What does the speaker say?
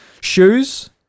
shoes